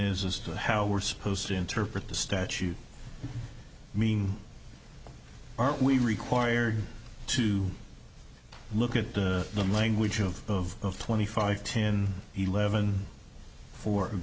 is as to how we're supposed to interpret the statute mean aren't we required to look at the the language of the twenty five ten eleven for